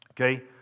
okay